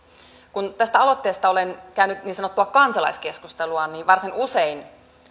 kun tästä aloitteesta olen käynyt niin sanottua kansalaiskeskustelua niin varsin usein